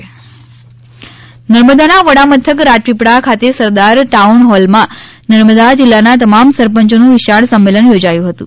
સરપંચો સંમેલન નર્મદાના વડામથક રાજપીપળા ખાતે સરદાર ટાઉન હોલમાં નર્મદા જિલ્લાના તમામ સરપંચોનું વિશાળ સંમેલન યોજાયું હતું